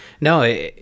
No